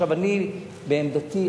בעמדתי,